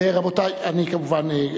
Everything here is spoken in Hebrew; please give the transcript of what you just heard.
כמובן,